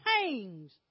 pains